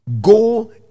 go